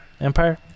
empire